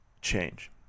change